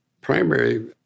primary